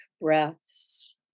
breaths